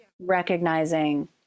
recognizing